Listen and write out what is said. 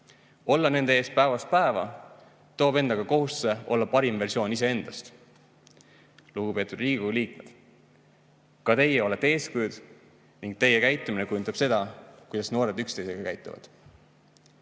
Olla nende ees päevast päeva toob endaga kohustuse olla parim versioon iseendast. Lugupeetud Riigikogu liikmed! Ka teie olete eeskujud ning teie käitumine kujundab seda, kuidas noored üksteisega käituvad.